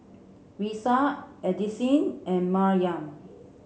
Risa Addisyn and Maryam